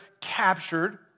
captured